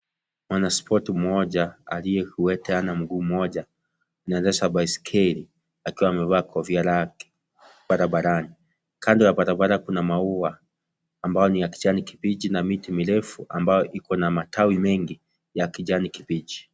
Mwanaspoti mmoja aliyekiwete hana mguu mmoja anaendesha baiskeli akiwa amevaa kofia lake barabarani. Kando ya barabara kuna maua ambayo ni ya kijani kibichi na miti mirefu ambayo iko na matawi mengi ya kijani kibichi.